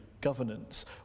governance